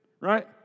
right